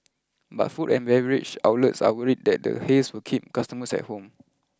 but food and beverage outlets are worried that the haze will keep customers at home